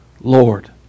Lord